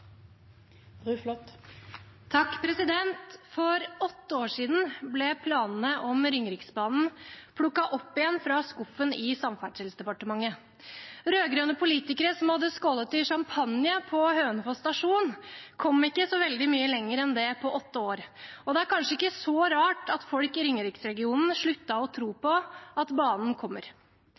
åtte år siden ble planene om Ringeriksbanen plukket opp igjen fra skuffen i Samferdselsdepartementet. Rød-grønne politikere som hadde skålt i sjampanje på Hønefoss stasjon, kom ikke så veldig mye lenger enn det på åtte år. Det er kanskje ikke så rart at folk i ringeriksregionen sluttet å tro på at banen kommer.